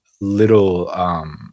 little –